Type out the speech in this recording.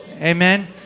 amen